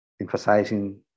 emphasizing